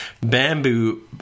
Bamboo